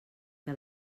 que